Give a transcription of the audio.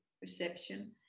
perception